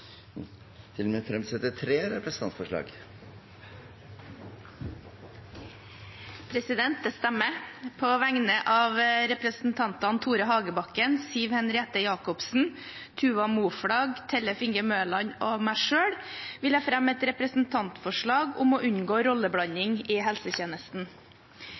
På vegne av representantene Tore Hagebakken, Siv Henriette Jacobsen, Tuva Moflag, Tellef Inge Mørland og meg selv vil jeg fremme et representantforslag om å unngå rolleblanding i helsetjenesten.